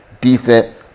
decent